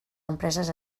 empreses